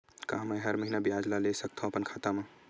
का मैं हर महीना ब्याज ला ले सकथव अपन खाता मा?